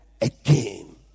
again